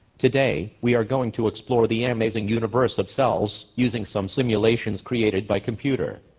today we are going to explore the amazing universe of cells. using some simulations created by computer.